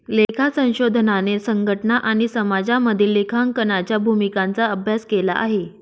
लेखा संशोधनाने संघटना आणि समाजामधील लेखांकनाच्या भूमिकांचा अभ्यास केला आहे